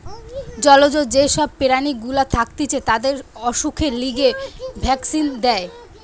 জলজ যে সব প্রাণী গুলা থাকতিছে তাদের অসুখের লিগে ভ্যাক্সিন দেয়